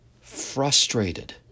frustrated